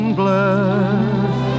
bless